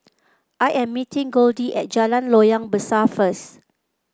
I am meeting Goldie at Jalan Loyang Besar first